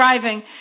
driving